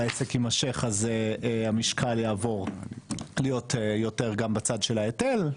שהעסק יימשך אז המשקל יעבור להיות יותר גם בצד של ההיטל,